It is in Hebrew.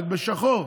רק בשחור.